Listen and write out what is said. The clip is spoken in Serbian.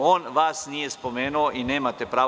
On vas nije spomenuo i nemate pravo.